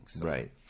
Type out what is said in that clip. Right